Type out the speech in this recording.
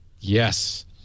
Yes